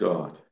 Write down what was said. God